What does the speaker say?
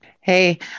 Hey